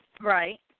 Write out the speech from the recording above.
Right